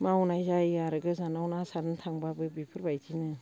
मावनाय जायो आरो गोजानाव ना सारनो थांबाबो बेफोरबायदिनो